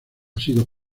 sido